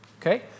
Okay